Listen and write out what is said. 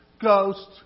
Ghosts